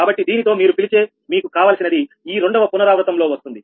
కాబట్టి దీనితో మీరు పిలిచే మీకు కావలసినది ఈ రెండవ పునరావృతం లో వస్తుంది